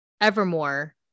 Evermore